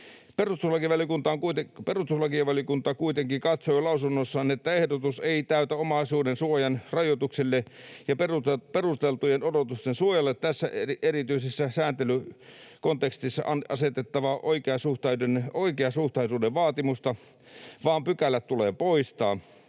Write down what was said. Perustuslakivaliokunta kuitenkin katsoi lausunnossaan, että ehdotus ei täytä omaisuudensuojan rajoituksille ja perusteltujen odotusten suojalle tässä erityisessä sääntelykontekstissa asetettavaa oikeasuhtaisuuden vaatimusta vaan pykälät tulee poistaa.